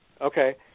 Okay